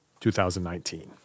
2019